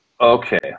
Okay